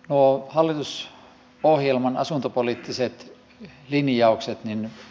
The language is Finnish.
nyt noita hallitusohjelman asuntopoliittisia linjauksia